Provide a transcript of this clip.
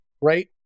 right